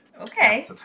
Okay